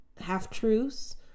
half-truths